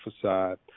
Facade